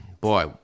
boy